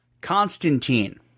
Constantine